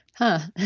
huh?